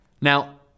Now